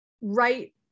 right